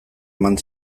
eman